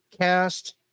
cast